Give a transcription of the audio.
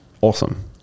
awesome